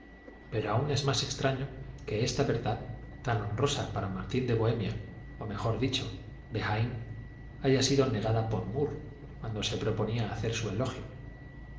pero aun es más extraño que esta verdad tan honrosa para martín de bohemia o mejor dicho deh haya sido negada por murr cuando se proponía hacer su elogio